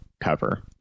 cover